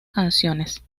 canciones